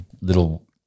little